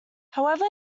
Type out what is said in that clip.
however